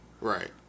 Right